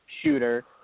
shooter